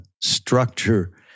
structure